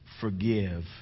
Forgive